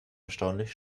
erstaunlich